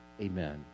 Amen